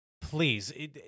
Please